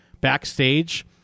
backstage